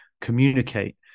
communicate